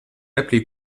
appelé